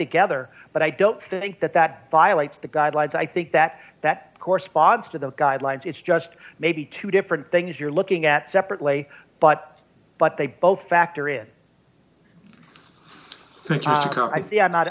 together but i don't think that that violates the guidelines i think that that corresponds to the guidelines it's just maybe two different things you're looking at separately but but they both factor in the i'm not